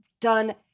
done